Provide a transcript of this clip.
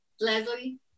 Leslie